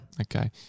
Okay